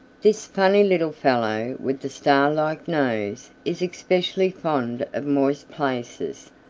this funny little fellow with the star-like nose is especially fond of moist places,